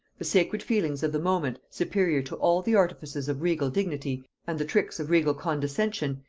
the sacred feelings of the moment, superior to all the artifices of regal dignity and the tricks of regal condescension,